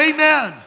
Amen